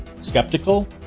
skeptical